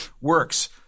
works